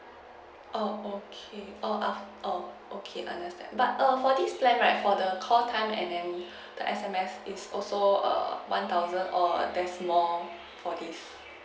oh okay oh af~ oh okay understand but err for this plan right for the call time and then the S_M_S is also err one thousand or there's more for this